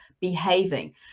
behaving